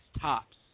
tops